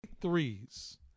Threes